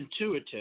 intuitive